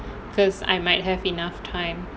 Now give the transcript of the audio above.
because I might have enough time